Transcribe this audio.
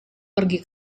pergi